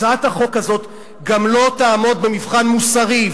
הצעת החוק הזאת גם לא תעמוד במבחן מוסרי,